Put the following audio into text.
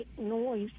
noise